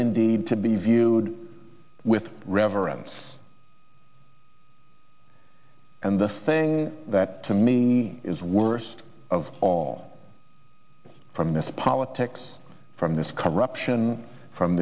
indeed to be viewed with reverence and the thing that to me is worst of all from this politics from this corruption from